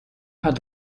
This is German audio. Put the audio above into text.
paar